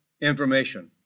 information